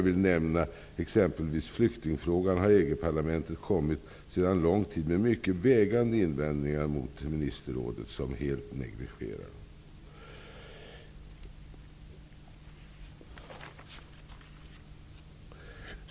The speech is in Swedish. I exempelvis flyktingfrågan har EG-parlamentet sedan lång tid kommit med mycket vägande invändningar som Ministerrådet helt negligerar.